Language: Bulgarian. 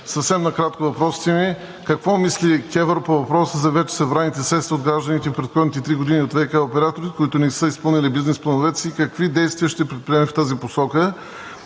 Съвсем накратко въпросите ми. Какво мисли КЕВР по въпроса за вече събраните средства от гражданите в предходните три години от ВиК операторите, които не са изпълнили бизнес плановете си, и какви действия ще предприеме в тази посока?